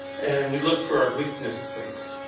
and we look for our weakness points.